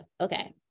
Okay